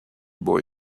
boy